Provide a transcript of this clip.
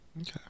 Okay